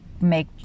make